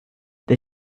the